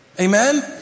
Amen